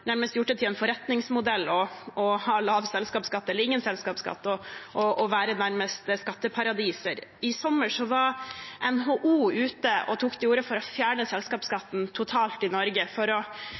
gjort det til en forretningsmodell å ha lav selskapsskatt eller ingen selskapsskatt og være nærmest skatteparadiser. I sommer var NHO ute og tok til orde for å fjerne selskapsskatten totalt i Norge for å